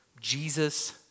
Jesus